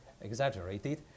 exaggerated